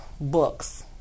books